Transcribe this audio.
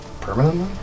Permanently